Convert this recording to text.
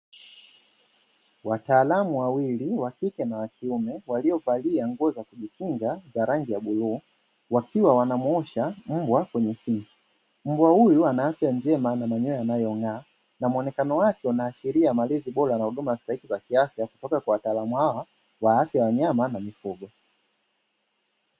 Wataalamu wawili (wa kike na wa kiume) waliovalia nguo za kujikinga zenye rangi ya bluu, wakiwa wanamuosha mbwa kwenye sinki. Mbwa huyu ana afya njema na manyoya yanayong’aa, na muonekeno wake unaashiria malezi bora na huduma stahiki za kiafya kutoka kwa wataalamu hawa wa afya ya wanyama na mifugo.